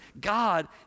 God